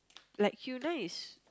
like Hyuna is